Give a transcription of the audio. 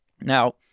Now